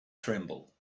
tremble